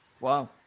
Wow